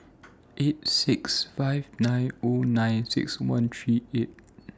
eight six five nine O nine six one three eight